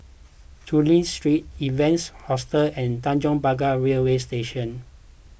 Chulia Street Evans Hostel and Tanjong Pagar Railway Station